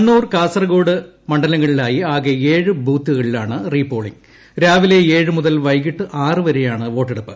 കണ്ണൂർ കാസർകോട് മണ്ഡലങ്ങളിലായി ആകെ ഏഴ് ബൂത്തുകളിലാണ് റീ പോളിംഗ് രാവിലെ ഏഴ് മുതൽ വൈകിട്ട് ആറ് വരെയാണ് വോട്ടെടുപ്പ്